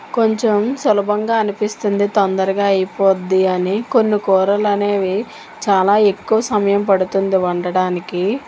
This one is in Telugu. కొంచెం సులభంగా అనిపిస్తుంది తొందరగా అయిపోద్ది అని కొన్ని కూరలు అనేవి చాలా ఎక్కువ సమయం పడుతుంది వండడానికి